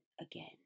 again